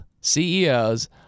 CEOs